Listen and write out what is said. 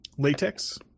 Latex